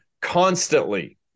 constantly